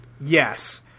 Yes